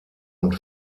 und